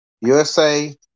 USA